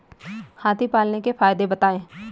हाथी पालने के फायदे बताए?